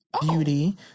beauty